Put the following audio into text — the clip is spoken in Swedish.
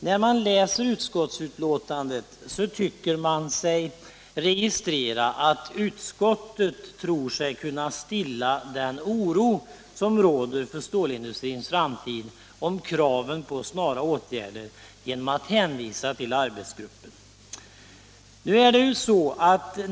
När man läser utskottsbetänkandet så tycker man sig registrera att utskottet tror sig kunna stilla den oro som råder för stålindustrins framtid — om kraven på snara åtgärder - genom att hänvisa till arbetsgruppen.